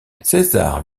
césar